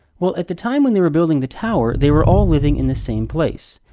well, at the time when they were building the tower, they were all living in the same place.